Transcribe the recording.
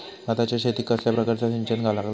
भाताच्या शेतीक कसल्या प्रकारचा सिंचन लागता?